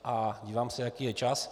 A dívám se, jaký je čas.